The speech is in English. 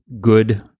good